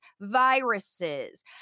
viruses